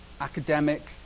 academic